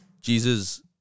Jesus